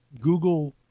Google